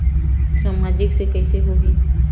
सामाजिक से कइसे होही?